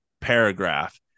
paragraph